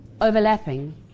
overlapping